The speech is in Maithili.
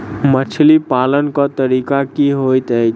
मछली पालन केँ तरीका की होइत अछि?